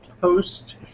post